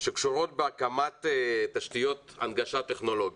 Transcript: שקשורות בהקמת תשתיות הנגשה טכנולוגית.